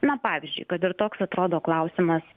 na pavyzdžiui kad ir toks atrodo klausimas